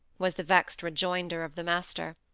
was the vexed rejoinder of the master.